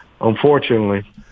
Unfortunately